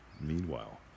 Meanwhile